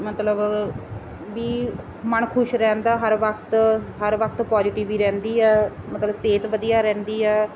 ਮਤਲਬ ਵੀ ਮਨ ਖੁਸ਼ ਰਹਿੰਦਾ ਹਰ ਵਕਤ ਹਰ ਵਕਤ ਪੋਜੀਟਿਵ ਹੀ ਰਹਿੰਦੀ ਹੈ ਮਤਲਬ ਸਿਹਤ ਵਧੀਆ ਰਹਿੰਦੀ ਆ